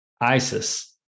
Isis